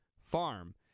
farm